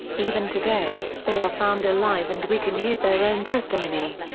even today, they are found alive and we can hear their own testimony.